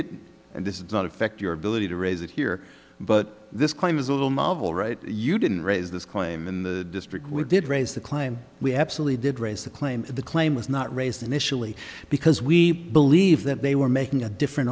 it and this does not affect your ability to raise it here but this claim is a little marvel right you didn't raise this claim in the district we did raise the claim we absolutely did raise the claim the claim was not raised initially because we believe that they were making a different